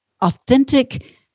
authentic